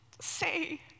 say